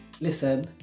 Listen